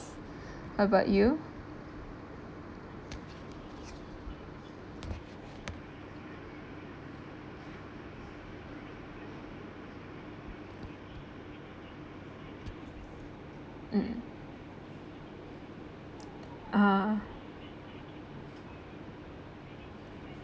how about you um uh